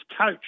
coach